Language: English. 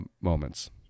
moments